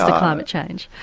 climate change.